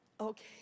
Okay